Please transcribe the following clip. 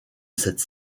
cette